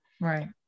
Right